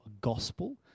Gospel